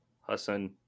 Hassan